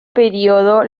período